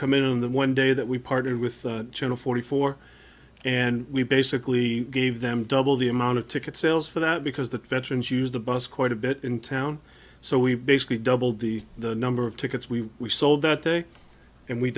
come in on the one day that we partnered with china forty four and we basically gave them double the amount of ticket sales for that because the veterans use the bus quite a bit in town so we basically doubled the number of tickets we we sold that day and we